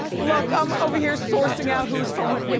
look, i'm over here sourcing out who's from where.